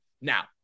Now